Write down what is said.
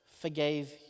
forgave